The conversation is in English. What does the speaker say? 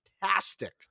fantastic